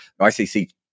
ICC